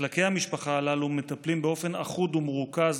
מחלקי המשפחה הללו מטפלים באופן אחוד ומרוכז